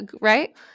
right